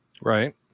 Right